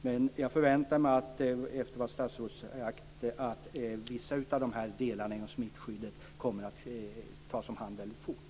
Men jag förväntar mig, efter det statsrådet har sagt, att vissa av delarna i smittskyddet kommer att tas om hand väldigt fort.